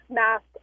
mask